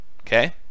Okay